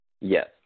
Yes